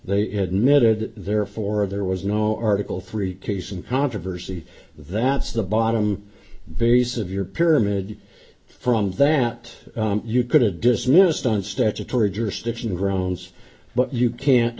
they had met it therefore there was no article free taste and controversy that's the bottom very severe pyramid from that you could have dismissed on statutory jurisdiction grounds but you can't